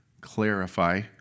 clarify